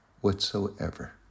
whatsoever